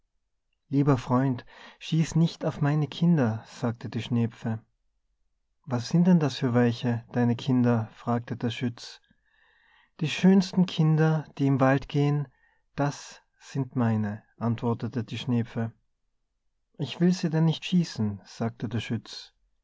lieber freund schieß nicht meine kinder sagte die schnepfe was sind denn das für welche deine kinder fragte der schütz die schönsten kinder die im wald gehen sind meine antwortete die schnepfe ich will sie denn nicht schießen sagte der schütz